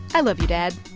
i love you, dad